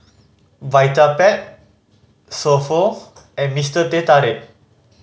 Vitapet So Pho and Mr Teh Tarik